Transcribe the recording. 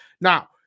Now